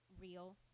real